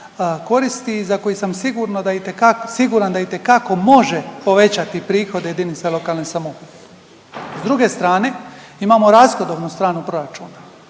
koji sam sigurno da, siguran da itekako može povećati prihode jedinice lokalne samouprave. S druge strane imamo rashodovnu stranu proračuna.